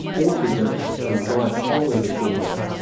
autism and bi-polar disorder.